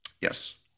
Yes